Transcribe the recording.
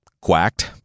quacked